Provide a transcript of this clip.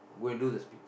go and do the speak~